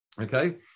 Okay